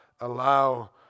allow